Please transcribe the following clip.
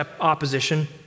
opposition